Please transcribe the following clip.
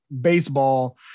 baseball